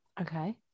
Okay